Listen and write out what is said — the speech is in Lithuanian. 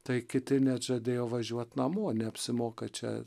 tai kiti net žadėjo važiuot namo neapsimoka čia